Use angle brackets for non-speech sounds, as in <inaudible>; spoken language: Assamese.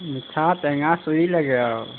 মিঠা টেঙা <unintelligible> লাগে আৰু